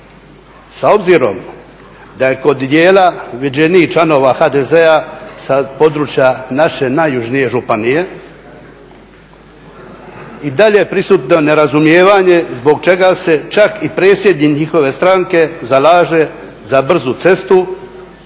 S obzirom da je kod dijela viđenijih članova HDZ-a sa područja naše najjužnije županije i dalje prisutno nerazumijevanje, zbog čega se čak i predsjednik njihove stranke zalaže za brzu cestu